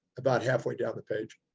about halfway down the page.